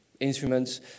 Instruments